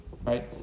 right